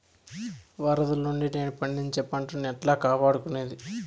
వరదలు నుండి నేను పండించే పంట ను ఎట్లా కాపాడుకునేది?